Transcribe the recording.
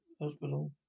Hospital